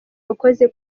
wakoze